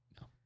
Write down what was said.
No